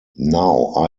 now